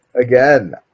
Again